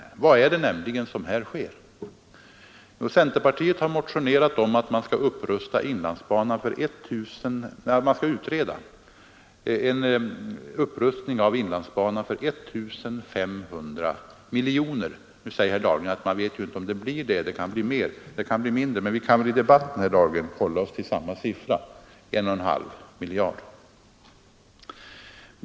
Vad är det nämligen som här sker? Centerpartiet har motionerat om att man skall utreda en upprustning av inlandsbanan för ca 1 500 miljoner kronor. Nu säger herr Dahlgren att man ju inte vet om det blir detta belopp — det kan bli mer, och det kan bli mindre — men vi kan väl i debatten, herr Dahlgren, hålla oss till samma siffra, en och en halv miljard.